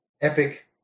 Epic